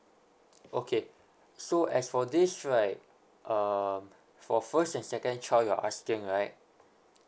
okay so as for this right um for first and second child you're asking right